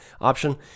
option